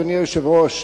אדוני היושב-ראש,